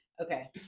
Okay